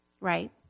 right